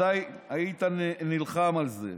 אתה היית נלחם על זה.